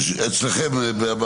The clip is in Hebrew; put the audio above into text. אצלכם.